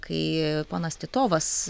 kai ponas titovas